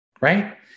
right